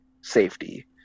safety